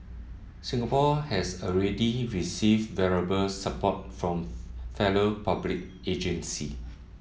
Singapore has already received valuable support from fellow public agency